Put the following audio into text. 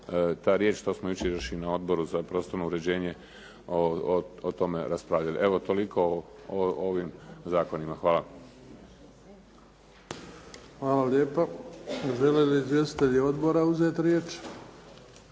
ta riječ, to smo jučer riješili na Odboru za prostorno uređenje o tome raspravljali. Evo, toliko o ovim zakonima. Hvala. **Bebić, Luka (HDZ)** Hvala lijepa. Želi li izvjestitelji odbora uzeti riječ?